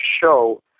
show